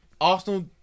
Arsenal